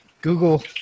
Google